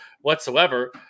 whatsoever